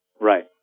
Right